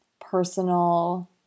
personal